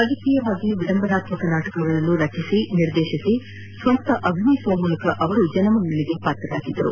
ರಾಜಕೀಯವಾಗಿ ವಿಡಂಬನಾತ್ಮಕ ನಾಟಕಗಳನ್ನು ರಚಿಸಿ ನಿರ್ದೇಶಿಸಿ ಸ್ವಂತ ಅಭಿನಯಿಸುವ ಮೂಲಕ ಅವರು ಜನಮನ್ನಣೆಗೆ ಪಾತ್ರರಾಗಿದ್ದರು